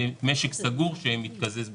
המשרד מתקצב אותה.